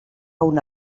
una